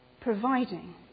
providing